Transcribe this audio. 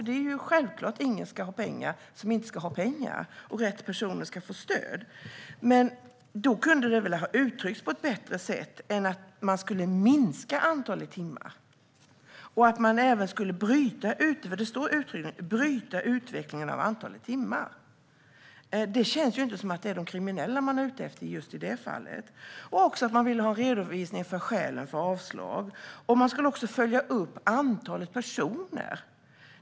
Det är självklart att ingen ska ha pengar som inte har rätt till pengar och att rätt personer ska få stöd. Men det kunde väl ha uttryckts på ett bättre sätt än att man ska minska antalet timmar och - det står uttryckligen - "bryta utvecklingen av antalet timmar". Det känns inte som att det är de kriminella man är ute efter i just det fallet. Man vill också ha redovisning av skälen för avslag, och man ska följa upp antalet personer.